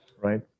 Right